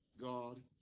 God